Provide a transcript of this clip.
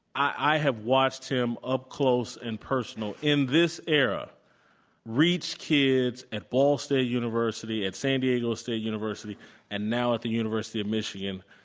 i have watched him up close and personal in this era reach kids at ball state university and san diego state university and now at the university of michigan,